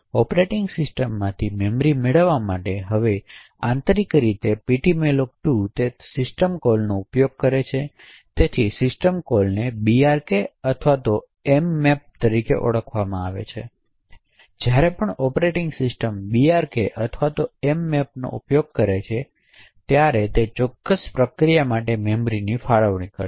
operating સિસ્ટમમાંથી memory મેળવવા માટે હવે આંતરિક રીતે ptmalloc2 તે સિસ્ટમો કોલ્સનો ઉપયોગ કરે છે તેથી સિસ્ટમ કોલ્સને brk અને mmap તરીકે ઓળખવામાં આવે છે તેથી જ્યારે પણ ઑપરેટિંગ સિસ્ટમ brk અથવા mmap નો ઉપયોગ થાય છે ત્યારે તે ચોક્કસ પ્રક્રિયા માટે મેમરીની ફાળવણી કરશે